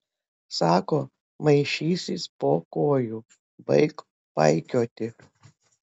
sako maišysis po kojų baik paikioti